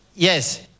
Yes